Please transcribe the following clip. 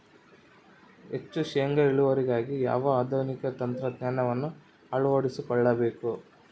ಹೆಚ್ಚು ಶೇಂಗಾ ಇಳುವರಿಗಾಗಿ ಯಾವ ಆಧುನಿಕ ತಂತ್ರಜ್ಞಾನವನ್ನು ಅಳವಡಿಸಿಕೊಳ್ಳಬೇಕು?